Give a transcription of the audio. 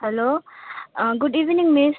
hello good evening miss